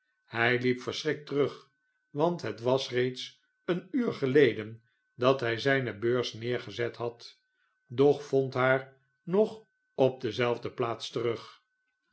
hij liep verschrikt terug want het was reeds een uur geleden dat hij zyne beurs neergezet had doch vond haar nog op dezelfde plaats terug